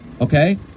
okay